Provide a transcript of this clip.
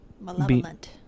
Malevolent